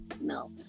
No